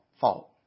fault